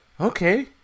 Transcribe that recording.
Okay